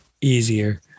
easier